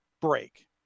break